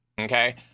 Okay